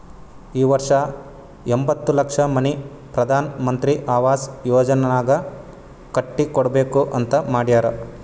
ಈ ವರ್ಷ ಎಂಬತ್ತ್ ಲಕ್ಷ ಮನಿ ಪ್ರಧಾನ್ ಮಂತ್ರಿ ಅವಾಸ್ ಯೋಜನಾನಾಗ್ ಕಟ್ಟಿ ಕೊಡ್ಬೇಕ ಅಂತ್ ಮಾಡ್ಯಾರ್